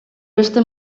beste